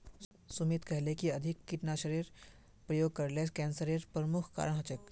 सुमित कहले कि अधिक कीटनाशेर प्रयोग करले कैंसरेर प्रमुख कारण हछेक